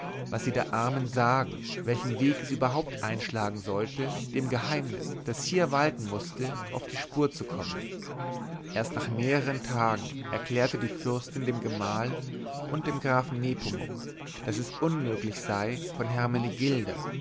was sie der armen sagen welchen weg sie überhaupt einschlagen sollte dem geheimnis das hier walten mußte auf die spur zu kommen erst nach mehreren tagen erklärte die fürstin dem gemahl und dem grafen nepomuk daß es unmöglich sei von hermenegilda